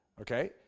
Okay